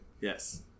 Yes